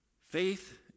Faith